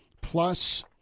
plus